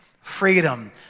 freedom